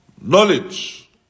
knowledge